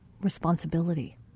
responsibility